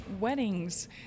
weddings